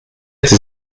tes